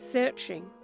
searching